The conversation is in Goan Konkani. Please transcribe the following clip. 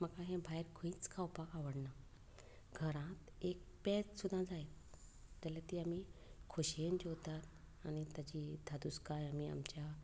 म्हाका हें भायर खंयच खावपाक आवडना घरा एक पेज सुद्दां जाली जाल्यार ती आमी खोशयेन जेवता आनी ताची धादोसकाय आमी आमच्या